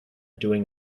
doing